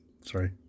Sorry